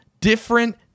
different